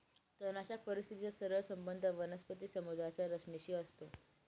तणाच्या परिस्थितीचा सरळ संबंध वनस्पती समुदायाच्या रचनेशी असतो